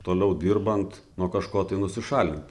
toliau dirbant nuo kažko tai nusišalint